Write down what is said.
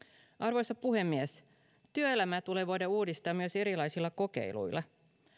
arvoisa puhemies työelämää tulee voida uudistaa myös erilaisilla kokeiluilla